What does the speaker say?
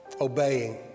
obeying